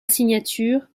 signature